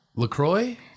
LaCroix